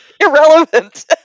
Irrelevant